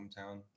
hometown